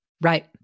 Right